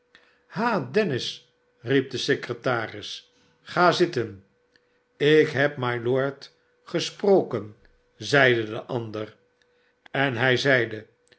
dennis riep de secretaris ga zitten ikhebmylord gesproken zeide de ander sen hij zeide